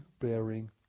bearing